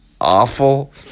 awful